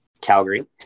Calgary